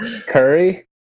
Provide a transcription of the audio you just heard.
Curry